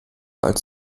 als